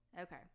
Okay